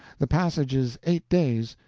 the passage is eight days.